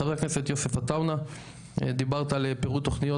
חבר הכנסת יוסף עטאונה דיברת על פירוט תוכניות,